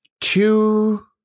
two –